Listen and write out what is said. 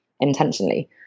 intentionally